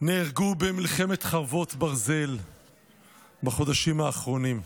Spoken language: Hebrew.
נהרגו במלחמת חרבות ברזל בחודשיים האחרונים.